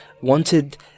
wanted